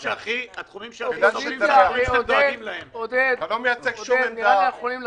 חוקים לא גדולים ועיקר החוק אצלנו המענקים והכול.